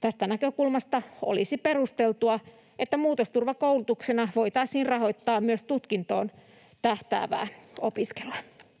Tästä näkökulmasta olisi perusteltua, että muutosturvakoulutuksena voitaisiin rahoittaa myös tutkintoon tähtäävää opiskelua.